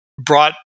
brought